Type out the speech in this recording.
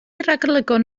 ragolygon